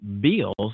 bills